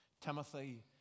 Timothy